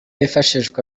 yifashishwa